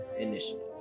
Initiative